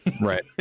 right